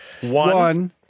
One